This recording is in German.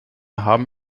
haben